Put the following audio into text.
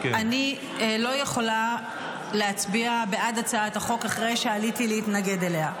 אני לא יכולה להצביע בעד הצעת החוק אחרי שעליתי להתנגד לה,